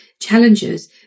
challenges